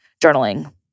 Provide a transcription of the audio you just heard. journaling